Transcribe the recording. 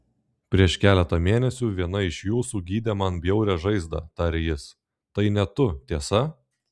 prieš keletą mėnesių viena iš jūsų gydė man bjaurią žaizdą tarė jis tai ne tu tiesa